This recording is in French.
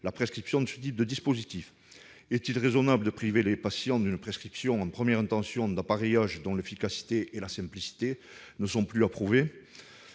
la prescription de ce type de dispositif. Est-il raisonnable de priver les patients d'une prescription en première intention d'appareillages dont l'efficacité et la simplicité ne sont plus à prouver ?